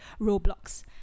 Roblox